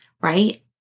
right